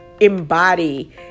embody